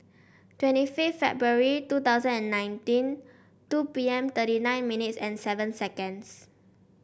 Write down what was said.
twenty fifth February two thousand and nineteen two P M thirty nine minutes and seven seconds